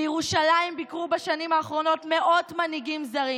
בירושלים ביקרו בשנים האחרונות מאות מנהיגים זרים,